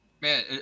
man